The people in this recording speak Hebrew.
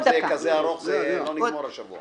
אם זה יהיה כזה ארוך, לא נגמור השבוע.